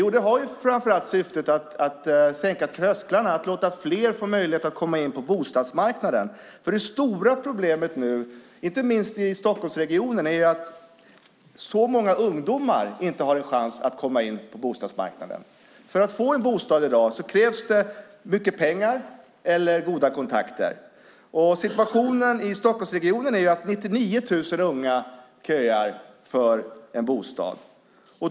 Jo, det har framför allt syftet att sänka trösklarna, att ge fler möjlighet att komma in på bostadsmarknaden. Det stora problemet, inte minst i Stockholmsregionen, är att många ungdomar inte har en chans att komma in på bostadsmarknaden. För att få en bostad i dag krävs mycket pengar eller goda kontakter. I Stockholmsregionen köar 99 000 unga för en bostad.